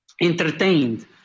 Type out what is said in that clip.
entertained